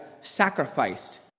sacrificed